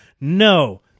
no